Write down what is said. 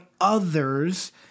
others